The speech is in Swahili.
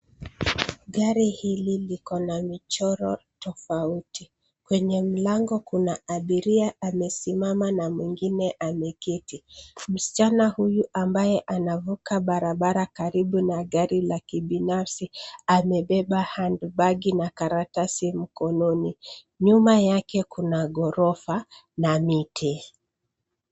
Gari hili liko na michoro tofauti. Kwenye mlango kuna abiria amesimama na mwingine ameketi. Msichana huyu ambaye anavuka barabara karibu na gari la kibinafsi amebeba handibagi na karatasi mkononi. Nyuma yake kuna gorofa na miti.